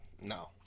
No